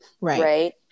right